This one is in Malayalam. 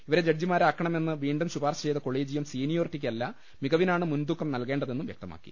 ഇവരെ ജഡ്ജിമാരാക്കണമെന്ന് വീണ്ടും ശുപാർശചെയ്ത കൊളീജിയം സീനിയോറിറ്റിക്കല്ല മികവിനാണ് മുൻതൂക്കം നൽകേ ണ്ടതെന്ന് വ്യക്തമാക്കി